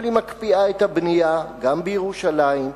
אבל היא מקפיאה את הבנייה גם בירושלים.